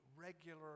regular